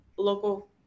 local